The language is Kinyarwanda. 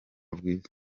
bwiza